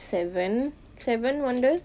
seven seven wonders